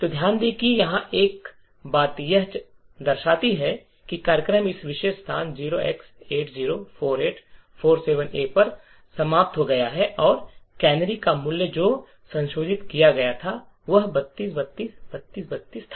तो ध्यान दें कि यहां एक बात यह दर्शाती है कि कार्यक्रम इस विशेष स्थान 0x804847A पर समाप्त हो गया है और कैनरी का मूल्य जो संशोधित किया गया है वह 32 32 32 32 था